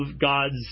God's